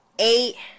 eight